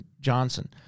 Johnson